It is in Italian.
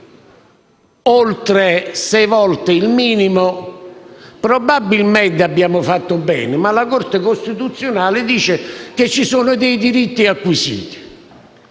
pensioni oltre sei volte il minimo, probabilmente abbiamo fatto bene, ma la Corte costituzionale dice che ci sono dei diritti acquisiti.